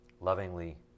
lovingly